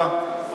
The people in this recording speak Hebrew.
דומני בסעיף 84,